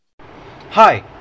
Hi